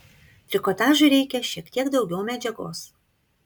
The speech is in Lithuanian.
trikotažui reikia šiek teik daugiau medžiagos